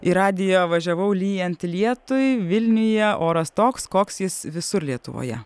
į radiją važiavau lyjant lietui vilniuje oras toks koks jis visur lietuvoje